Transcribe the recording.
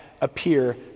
appear